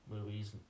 movies